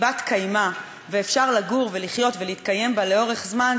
בת-קיימא ואפשר לגור ולחיות ולהתקיים בה לאורך זמן,